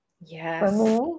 Yes